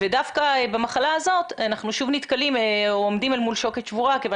ודווקא במחלה הזאת אנחנו שוב עומדים מול שוקת שבורה כיוון